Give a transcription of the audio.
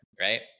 right